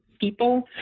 people